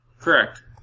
Correct